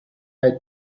had